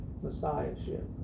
messiahship